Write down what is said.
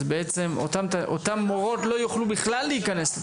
אותן מורות לא יוכלו בכלל להיכנס.